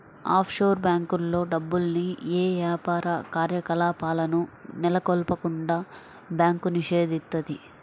offshore బ్యేంకుల్లో డబ్బుల్ని యే యాపార కార్యకలాపాలను నెలకొల్పకుండా బ్యాంకు నిషేధిత్తది